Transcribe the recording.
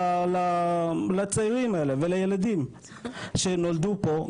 לצעירים האלה ולילדים שנולדו פה,